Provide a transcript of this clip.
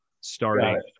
starting